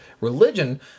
religion